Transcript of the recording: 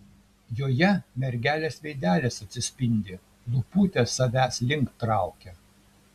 joje mergelės veidelis atsispindi lūputės savęs link traukia